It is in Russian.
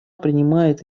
принимает